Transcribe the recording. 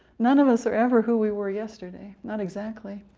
none of us are ever who we were yesterday not exactly.